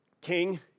King